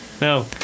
no